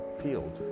field